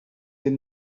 they